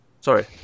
Sorry